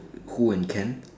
who and can